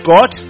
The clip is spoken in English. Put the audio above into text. God